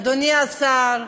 אדוני השר,